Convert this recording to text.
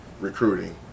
recruiting